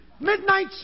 midnight